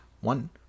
One